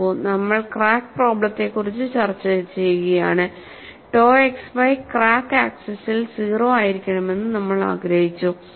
നോക്കൂ നമ്മൾ ക്രാക്ക് പ്രോബ്ലത്തെക്കുറിച്ച് ചർച്ച ചെയ്യുകയാണ് ടോ xy ക്രാക്ക് ആക്സിസിൽ 0 ആയിരിക്കണമെന്ന് നമ്മൾ ആഗ്രഹിച്ചു